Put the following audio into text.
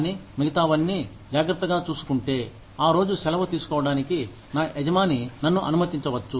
కానీ మిగతావన్నీ జాగ్రత్తగా చూసుకుంటే ఆరోజు సెలవు తీసుకోవడానికి నా యజమాని నన్ను అనుమతించవచ్చు